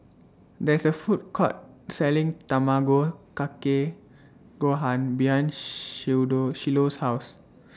There IS A Food Court Selling Tamago Kake Gohan behind Shiloh's House